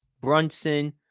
Brunson